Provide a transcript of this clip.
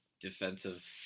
defensive